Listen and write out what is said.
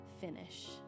finish